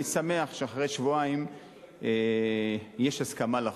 אני שמח שאחרי שבועיים יש הסכמה לחוק.